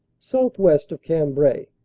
southwest of cambrai,